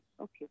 Okay